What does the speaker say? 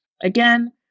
again